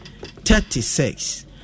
thirty-six